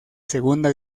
segunda